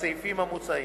בסעיפים המוצעים,